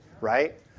Right